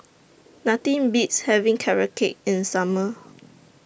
Nothing Beats having Carrot Cake in Summer